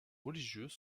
religieux